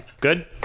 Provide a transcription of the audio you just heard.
Good